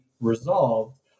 resolved